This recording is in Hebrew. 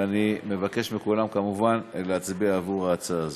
ואני מבקש מכולם כמובן להצביע עבור ההצעה הזו.